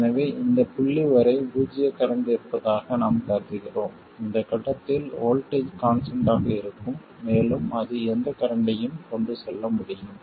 எனவே இந்த புள்ளி வரை பூஜ்ஜிய கரண்ட் இருப்பதாக நாம் கருதுகிறோம் இந்த கட்டத்தில் வோல்ட்டேஜ் கான்ஸ்டன்ட் ஆக இருக்கும் மேலும் அது எந்த கரண்ட்டையும் கொண்டு செல்ல முடியும்